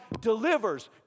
delivers